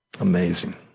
Amazing